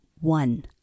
One